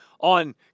on